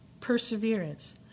perseverance